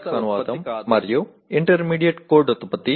syntax అనువాదం మరియు intermediate code ఉత్పత్తి